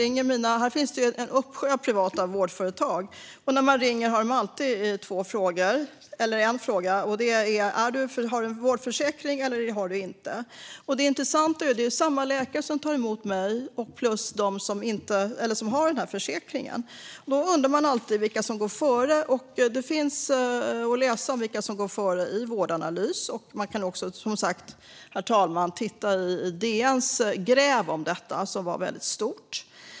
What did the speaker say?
Här finns det en uppsjö av privata vårdföretag. När man ringer har de alltid en fråga: Har du en vårdförsäkring eller inte? Det intressanta är att det är samma läkare som tar emot både mig och dem som har den här försäkringen. Då undrar man alltid vilka som går före, och detta kan man läsa om hos Vårdanalys. Man kan också som sagt, herr talman, titta i DN:s gräv, som var väldigt stort.